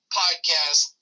podcast